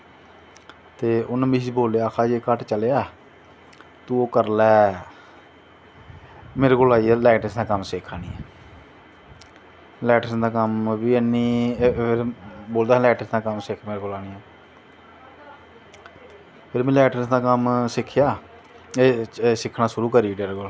उन्न मिगी बोलेआ आक्खा दा जे घट्ट चलेआ तू ओह् करी लै मेरे कोल आई जा इलैक्टरिशियन दा कम्म सिक्ख आनियैं इलैक्ट्रिशन दा कम्म बी ऐनी बोलदा इलैक्ट्रिशन दा कम्म सिक्ख मेरे कोल आह्नियैं फिर में इलैक्ट्रिशन दा कम्म सिक्खेआ सिक्खनां शुरु करी ओड़ेआ ओह्दे कोल